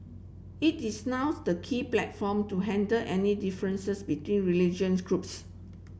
it is now the key platform to handle any differences between religious groups